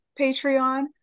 Patreon